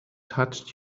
touched